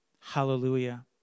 Hallelujah